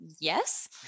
yes